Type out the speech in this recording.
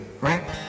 right